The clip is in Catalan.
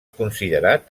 considerat